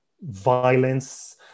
violence